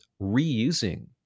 reusing